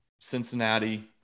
Cincinnati